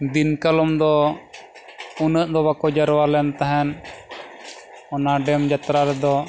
ᱫᱤᱱᱠᱟᱞᱚᱢ ᱫᱚ ᱩᱱᱟᱹᱜ ᱫᱚ ᱵᱟᱠᱚ ᱡᱟᱨᱣᱟ ᱞᱮᱱ ᱛᱟᱦᱮᱱ ᱚᱱᱟ ᱰᱮᱢ ᱡᱟᱛᱛᱨᱟ ᱨᱮᱫᱚ